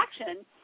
action